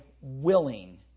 willing